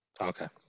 okay